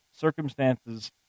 circumstances